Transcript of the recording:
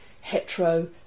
hetero